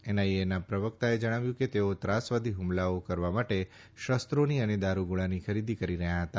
એનઆઈએના પ્રવકતાએ જણાવ્યું કે તેઓ ત્રાસવાદી હ્મલાઓ કરવા માટે શસ્ત્રોની અને દારૂગોળાની ખરીદી કરી રહ્યા હતા